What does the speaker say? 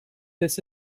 this